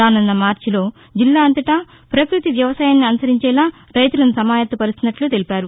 రాసున్న మార్చిలో జిల్లా అంతటా పక్బతి వ్యవసాయాన్ని అనుసరించేలా రైతులను సమాయత్తపరుస్తున్నట్లు తెలిపారు